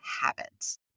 habits